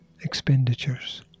expenditures